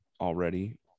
already